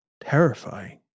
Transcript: Terrifying